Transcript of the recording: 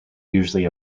usually